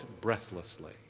breathlessly